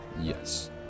Yes